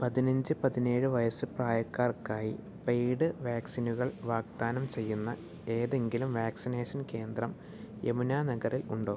പതിനഞ്ച് പതിനേഴ് വയസ്സ് പ്രായക്കാർക്കായി പെയ്ഡ് വാക്സിനുകൾ വാഗ്ദാനം ചെയ്യുന്ന ഏതെങ്കിലും വാക്സിനേഷൻ കേന്ദ്രം യമുനാനഗറിൽ ഉണ്ടോ